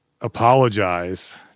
apologize